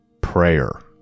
prayer